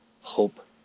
hope